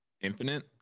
infinite